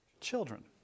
children